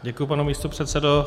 Děkuji, pane místopředsedo.